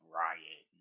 riot